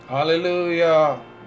Hallelujah